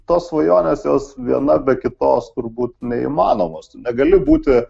tos svajonės jos viena be kitos turbūt neįmanomos negali būti